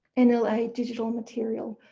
and nla digital material,